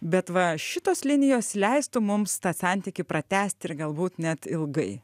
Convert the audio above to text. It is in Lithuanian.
bet va šitos linijos leistų mums tą santykį pratęsti ir galbūt net ilgai